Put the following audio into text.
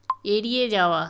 এড়িয়ে যাওয়া